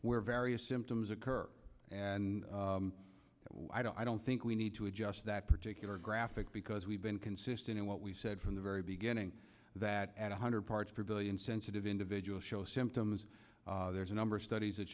where various symptoms occur and i don't think we need to adjust that particular graphic because we've been consistent in what we said from the very beginning that one hundred parts per billion sensitive individual show symptoms there's a number of studies that